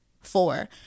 four